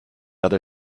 other